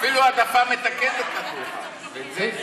אפילו העדפה מתקנת נתנו לך.